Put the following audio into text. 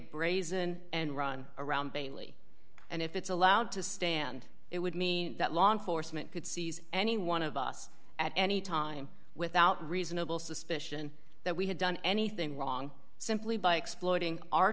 brazen end run around bailey and if it's allowed to stand it would mean that law enforcement could seize any one of us at any time without reasonable suspicion that we had done anything wrong simply by exploiting our